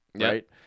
right